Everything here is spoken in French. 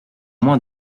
moins